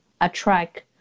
attract